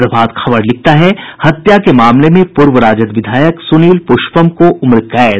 प्रभात खबर लिखता है हत्या के मामले में पूर्व राजद विधायक सुनील पुष्पम को उम्रकैद